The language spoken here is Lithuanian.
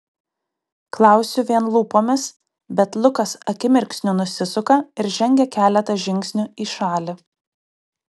klausiu vien lūpomis bet lukas akimirksniu nusisuka ir žengia keletą žingsnių į šalį